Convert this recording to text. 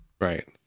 Right